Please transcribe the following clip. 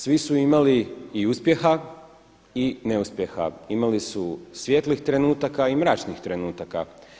Svi su imali i uspjeha i neuspjeha, imali su svijetlih trenutaka i mračnih trenutaka.